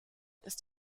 ist